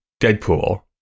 Deadpool